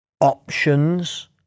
options